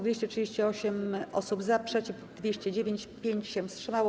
238 - za, przeciw - 209, 5 się wstrzymało.